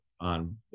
on